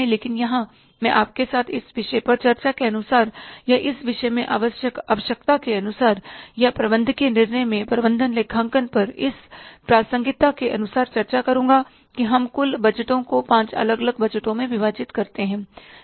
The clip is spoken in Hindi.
लेकिन यहाँ मैं आपके साथ इस विषय पर चर्चा के अनुसार या इस विषय में आवश्यक आवश्यकता के अनुसार या प्रबंधकीय निर्णय में प्रबंधन लेखांकन पर इस प्रासंगिकता के अनुसार चर्चा करूँगा कि हम कुल बजटों को पांच अलग अलग बजटों में विभाजित करते हैं